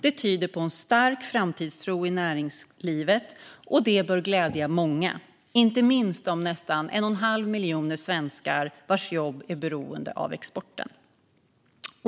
Det tyder på en stark framtidstro i näringslivet och bör glädja många, inte minst den nästan 1 1⁄2 miljon svenskar vars jobb är beroende av exporten.